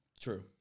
True